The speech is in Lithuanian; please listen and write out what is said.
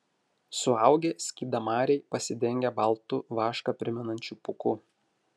suaugę skydamariai pasidengę baltu vašką primenančiu pūku